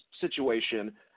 situation